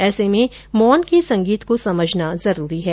ऐसे में मौन के संगीत को समझना जरूरी है